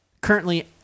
currently